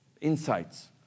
insights